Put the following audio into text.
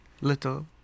little